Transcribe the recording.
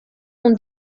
und